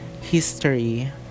history